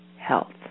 health